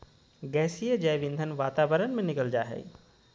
गैसीय जैव ईंधन वातावरण में निकल जा हइ